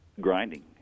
grinding